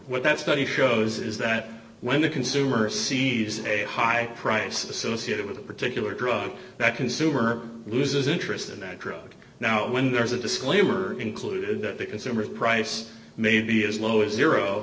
what that study shows is that when the consumer sees a high price associated with a particular drug that consumer loses interest in that drug now when there's a disclaimer included that because every price may be as low as zero